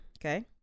Okay